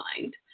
mind